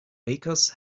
bakers